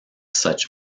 such